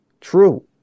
true